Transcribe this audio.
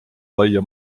laia